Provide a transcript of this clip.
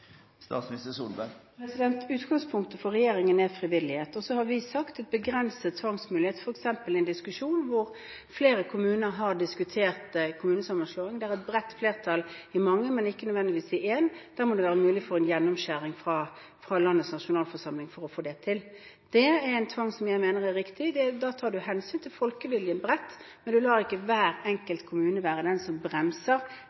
Utgangspunktet for regjeringen er frivillighet. Så har vi sagt at begrenset tvangsmulighet, f.eks. i en situasjon hvor flere kommuner har diskutert kommunesammenslåing og det er et bredt flertall i mange, men ikke nødvendigvis i én, er en mulighet – det må være mulig å få en gjennomskjæring fra landets nasjonalforsamling for å få det til. Det er en tvang som jeg mener er riktig. Da tar du hensyn til den brede folkeviljen, men du lar ikke hver